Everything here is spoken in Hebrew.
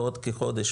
בעוד כחודש,